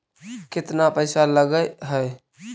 केतना पैसा लगय है?